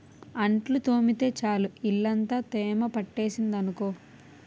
అంట్లు తోమితే చాలు ఇల్లంతా తేమ పట్టేసింది అనుకో